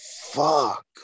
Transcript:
fuck